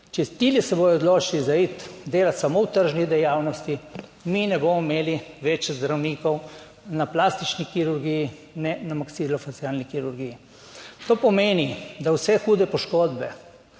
ti se bodo odločili za iti delat samo v tržni dejavnosti, mi ne bomo imeli več zdravnikov na plastični kirurgiji, ne na maksilofacialni kirurgiji. To pomeni, da vse hude poškodbe